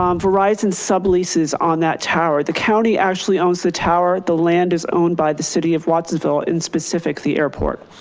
um verizon subleases on that tower. the county actually owns the tower, the and is owned by the city of watsonville, in specific, the airport.